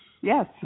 Yes